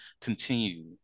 continue